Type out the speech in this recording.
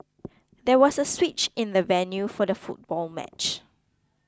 there was a switch in the venue for the football match